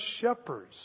shepherds